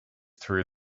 through